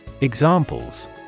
Examples